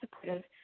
supportive